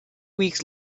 weeks